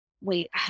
wait